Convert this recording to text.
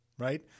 Right